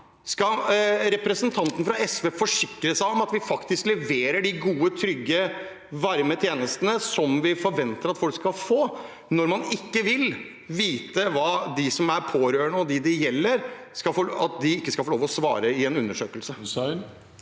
skal representanten fra SV forsikre seg om at man faktisk leverer de gode, trygge og varme tjenestene som vi forventer at folk skal få, når man ikke vil la dem som er pårørende, og dem det gjelder, få lov til å svare i en slik undersøkelse?